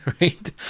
right